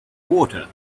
water